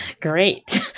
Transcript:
Great